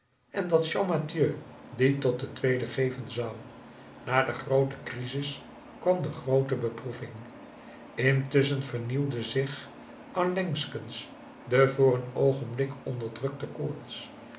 en dat champmathieu die tot de tweede geven zou na de groote crisis kwam de groote beproeving intusschen vernieuwde zich allengskens de voor een oogenblik onderdrukte koorts